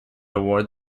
award